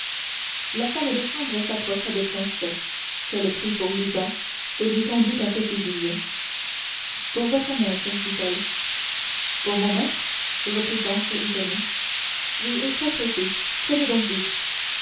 la femme de chambre s'approcha de planchet qu'elle prit pour lubin et lui tendant un petit billet pour votre maître dit-elle pour mon maître reprit planchet étonné oui et très pressé prenez donc vite